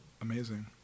Amazing